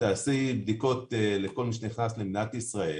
תעשי בדיקות לכל מי שנכנס למדינת ישראל,